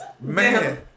Man